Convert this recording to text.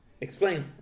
Explain